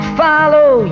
follow